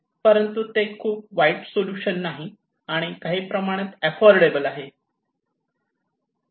परंतु ते खूप वाईट सोलुशन नाही काही प्रमाणात अफोर्डेबल आहे